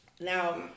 Now